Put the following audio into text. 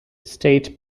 state